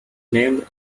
named